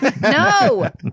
No